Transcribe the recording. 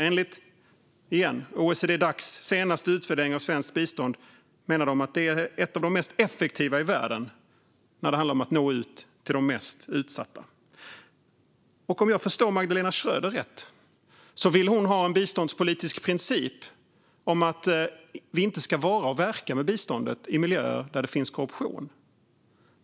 Återigen: Enligt OECD-Dacs senaste utvärdering av svenskt bistånd är vårt bistånd ett av de mest effektiva i världen när det handlar om att nå ut till de mest utsatta. Om jag förstår Magdalena Schröder rätt vill hon ha en biståndspolitisk princip om att vi inte ska vara och verka med biståndet i miljöer där det finns korruption.